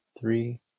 three